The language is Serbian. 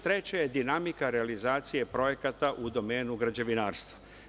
Treće je dinamika realizacije projekata u domenu građevinarstva.